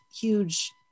huge